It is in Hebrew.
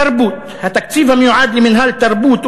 תרבות התקציב המיועד למינהל תרבות,